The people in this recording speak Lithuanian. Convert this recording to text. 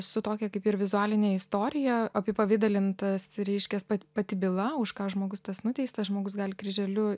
su tokia kaip ir vizualine istorija apipavidalintas reiškias pati byla už ką žmogus tas nuteistas žmogus gali kryželiu